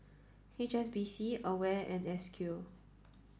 H S B C A W A R E and S Q